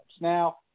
Now